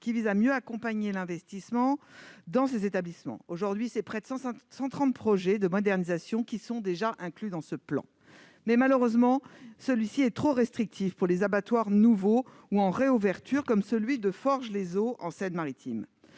qui vise à mieux accompagner l'investissement dans ces établissements. Aujourd'hui, près de 130 projets de modernisation sont déjà inclus dans ce plan, mais il est malheureusement trop restrictif pour les abattoirs nouveaux ou en réouverture, comme celui de Forges-les-Eaux en Seine-Maritime.